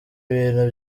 ibintu